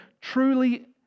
truly